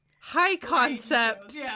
high-concept